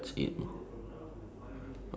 okay then there's a shark is it